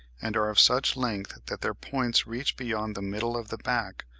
and are of such length that their points reach beyond the middle of the back,